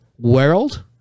world